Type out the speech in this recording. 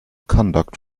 conduct